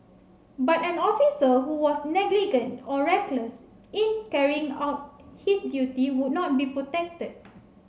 but an officer who was negligent or reckless in carrying out his duty would not be protected